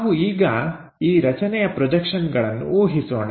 ನಾವು ಈಗ ಈ ರಚನೆಯ ಪ್ರೊಜೆಕ್ಷನ್ಗಳನ್ನು ಊಹಿಸೋಣ